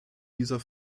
dieser